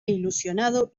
ilusionado